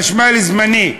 חשמל זמני,